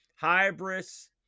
Hybris